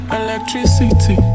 electricity